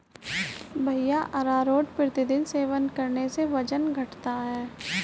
भैया अरारोट प्रतिदिन सेवन करने से वजन घटता है